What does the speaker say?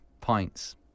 points